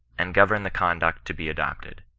and go tcrn the conduct to be adopted.